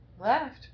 left